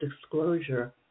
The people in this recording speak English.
disclosure